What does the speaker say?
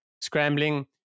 scrambling